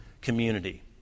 community